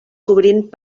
cobrint